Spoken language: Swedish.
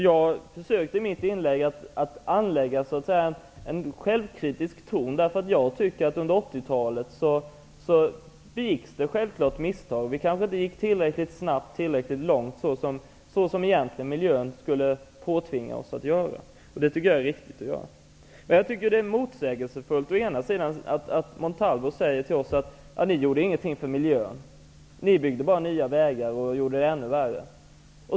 Jag försökte i mitt inlägg att anlägga en självkritisk ton, därför att jag tycker att det under 80-talet begicks misstag. Vi kanske inte gick tillräckligt snabbt fram och inte tillräckligt långt, som miljön egentligen skulle påtvinga oss att göra. Det tycker jag är viktigt att göra. Jag tycker att det är motsägelsefullt när Max Montalvo å ena sidan säger till oss: Ni gjorde ingenting för miljön. Ni byggde bara nya vägar och gjorde det ännu värre.